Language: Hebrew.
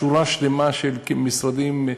שורה שלמה של משרדים.